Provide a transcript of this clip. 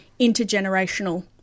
intergenerational